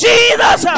Jesus